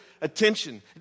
attention